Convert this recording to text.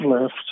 left